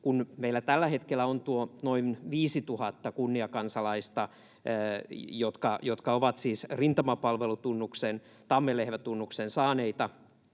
että meillä tällä hetkellä on noin 5 000 kunniakansalaista, jotka ovat siis rintamapalvelutunnuksen, tammenlehvätunnuksen, saaneita,